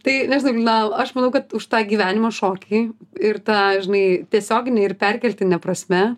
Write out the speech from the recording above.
tai nežinau lina aš manau kad už tą gyvenimo šokį ir tą žinai tiesiogine ir perkeltine prasme